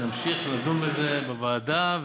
נמשיך לדון בזה בוועדה,